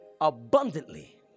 abundantly